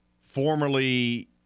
formerly